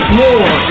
more